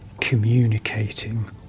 communicating